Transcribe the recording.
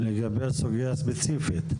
לגבי הסוגיה הספציפית.